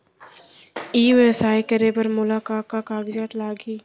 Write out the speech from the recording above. ई व्यवसाय करे बर मोला का का कागजात लागही?